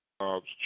jobs